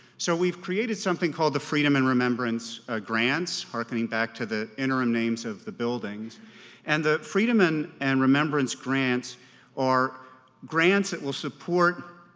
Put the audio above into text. so we've created something called the freedom and remembrance grants, hearkening back to the interim names of the buildings and the freedom and and remembrance grants are grants that will support